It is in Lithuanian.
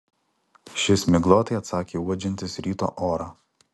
šis miglotai atsakė uodžiantis ryto orą